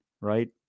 right